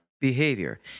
behavior